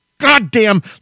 goddamn